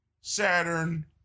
Saturn